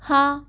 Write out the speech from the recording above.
हाँ